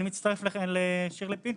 אני מצטרף לדברי שירלי פינטו.